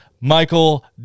Michael